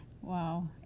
wow